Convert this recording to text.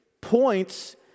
points